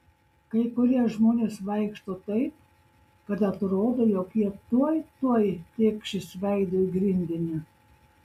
kai kurie žmonės vaikšto taip kad atrodo jog jie tuoj tuoj tėkšis veidu į grindinį